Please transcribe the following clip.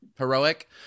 heroic